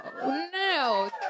no